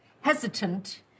hesitant